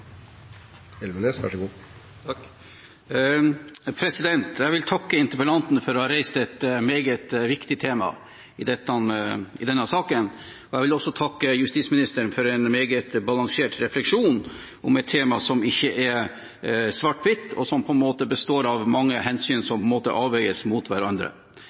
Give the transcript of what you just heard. for å ha reist et meget viktig tema i denne saken. Jeg vil også takke justisministeren for en meget balansert refleksjon om et tema som ikke er svart-hvitt, og der mange hensyn må avveies mot hverandre. Det er ingen tvil om at resultatene i denne rapporten peker entydig i retning av